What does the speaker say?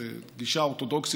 זו גישה אורתודוקסית,